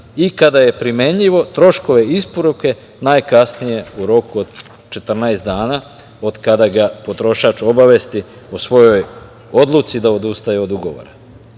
i kada je primenljivo troškove isporuke najkasnije u roku od 14 dana od kada ga potrošač obavesti o svojoj odluci da odustaje od ugovora.